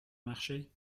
marché